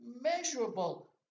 measurable